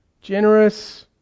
generous